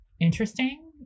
interesting